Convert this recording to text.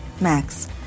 Max